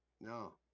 No